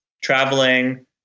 traveling